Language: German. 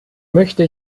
möchte